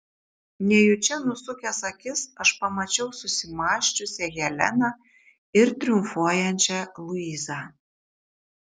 nejučia nusukęs akis aš pamačiau susimąsčiusią heleną ir triumfuojančią luizą